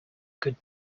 good